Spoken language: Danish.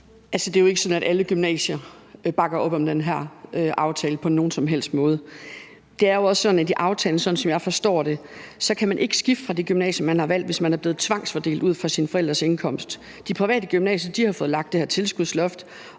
det er jo ikke sådan, at alle gymnasier bakker op om den her aftale på nogen som helst måde. Det er jo også sådan, at efter aftalen, sådan som jeg forstår det, kan man ikke skifte fra det gymnasium, man har valgt, hvis man er blevet tvangsfordelt ud fra sine forældres indkomst. De private gymnasier har fået lagt det her tilskudsloft,